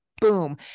boom